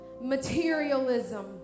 materialism